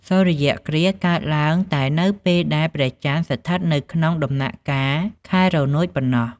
សូរ្យគ្រាសកើតឡើងតែនៅពេលដែលព្រះចន្ទស្ថិតនៅក្នុង ដំណាក់កាលខែរនោចប៉ុណ្ណោះ ។